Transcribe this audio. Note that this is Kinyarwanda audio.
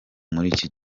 muri